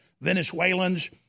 Venezuelans